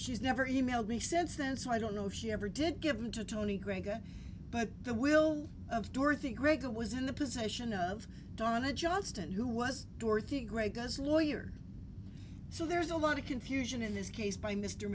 she's never emailed me since then so i don't know if she ever did give them to tony gregg but the will of dorothy gregg who was in the position of donna justin who was dorothy great guys lawyer so there's a lot of confusion in this case by mr